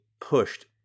pushed